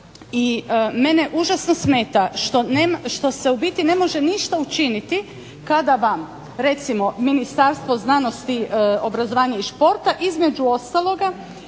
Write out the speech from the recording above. I mene užasno smeta što se u biti ne može ništa učiniti kada vam recimo Ministarstvo znanosti, obrazovanja i športa između ostaloga,